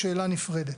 שאלה נפרדת.